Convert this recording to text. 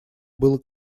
было